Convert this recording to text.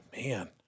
man